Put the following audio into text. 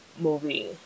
movie